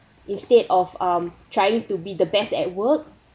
instead of um trying to be the best at work